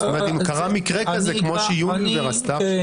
אם קרה מקרה כזה כמו שיוניליוור עשתה עכשיו.